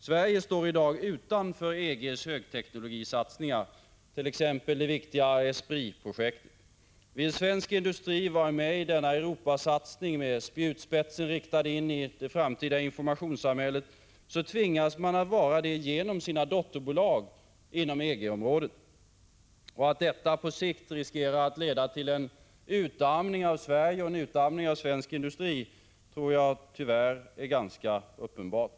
Sverige står i dag utanför EG:s högteknologisatsningar, t.ex. det viktiga ESPRIT-projektet. Vill svensk industri vara med i denna Europasatsning, med spjutspetsen riktad in i ett framtida informationssamhälle, tvingas man vara det genom sina dotterbolag inom EG området. Att det på sikt riskerar att leda till en utarmning av Sverige och svensk industri tror jag tyvärr är ganska uppenbart.